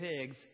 pigs